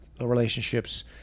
relationships